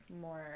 more